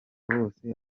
bose